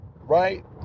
right